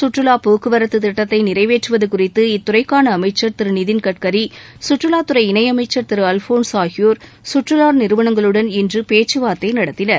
சுற்றுலா போக்குவரத்து திட்டத்தை நிறைவேற்றுவது குறித்து இத்துறைக்கான அமைச்சர் திரு நிதின் கட்கரி சுற்றுலாத் துறை இணையமைச்சர் திரு அல்ஃபோன்ஸ் ஆகியோர் சுற்றுலா நிறுவனங்களுடன் இன்று பேச்சுவார்த்தை நடத்தினர்